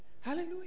Hallelujah